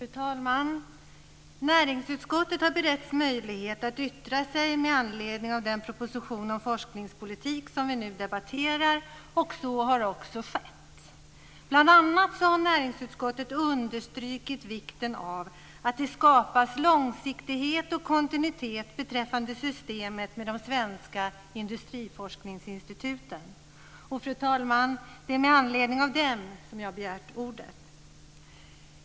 Fru talman! Näringsutskottet har beretts möjlighet att yttra sig med anledning av den proposition om forskningspolitik som vi nu debatterar, och så har också skett. Bl.a. har näringsutskottet understrukit vikten av att det skapas långsiktighet och kontinuitet beträffande systemet med de svenska industriforskningsinstituten. Fru talman! Det är med anledning av detta som jag har begärt ordet.